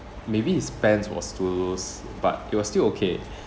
maybe his pants was too loose but it was still okay